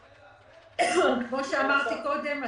כמו שאמרתי קודם,